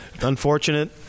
Unfortunate